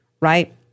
right